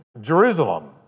Jerusalem